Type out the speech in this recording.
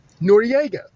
Noriega